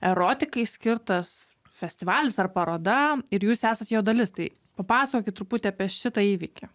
erotikai skirtas festivalis ar paroda ir jūs esat jo dalis tai papasakokit truputį apie šitą įvykį